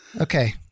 okay